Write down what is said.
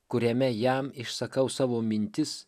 kuriame jam išsakau savo mintis